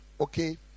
okay